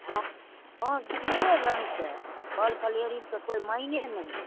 हाँ ढेर रङ्ग कऽ फल फलिहरी कऽ माइने नहि छै